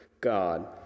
God